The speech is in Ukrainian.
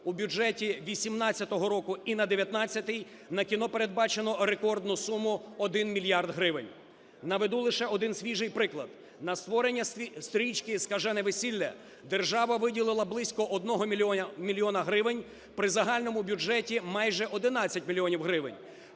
У бюджеті 18-го року і на 19-й на кіно передбачено рекордну суму – 1 мільярд гривень. Наведу лише один свіжий приклад. На створення стрічки "Скажене весілля" держава виділила близько 1 мільйона гривень при загальному бюджеті майже 11 мільйонів гривень.